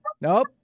Nope